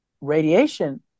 radiation